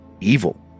evil